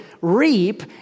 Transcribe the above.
reap